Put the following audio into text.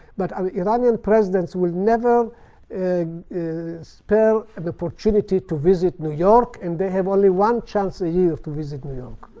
but i mean iranian presidents will never spoil the opportunity to visit new york. and they have only one chance a year to visit new york,